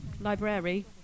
library